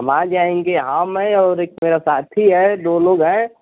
हँ मान जाइए की हम हैं और एक मेरा साथी है दो लोग हैं